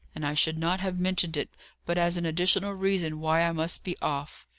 and i should not have mentioned it but as an additional reason why i must be off.